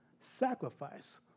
sacrifice